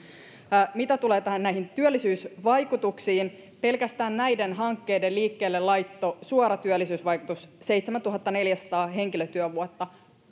mitä tulee näihin työllisyysvaikutuksiin pelkästään näiden hankkeiden liikkeellelaitolla suora työllisyysvaikutus on seitsemäntuhattaneljäsataa henkilötyövuotta